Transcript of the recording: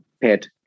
Pet